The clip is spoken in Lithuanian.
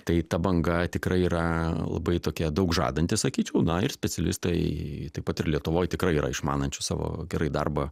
tai ta banga tikrai yra labai tokia daug žadanti sakyčiau na ir specialistai taip pat ir lietuvoj tikrai yra išmanančių savo gerai darbą